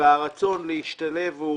והרצון להשתלב הם